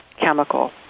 chemical